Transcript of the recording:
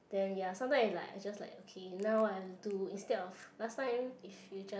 then ya sometime is like I just like okay now I'll do instead of last time if future